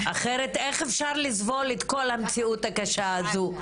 אחרת איך אפשר לסבול את כל המציאות הקשה הזו,